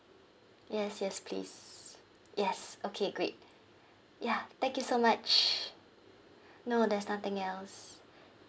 yes yes please yes okay great ya thank you so much no there's nothing else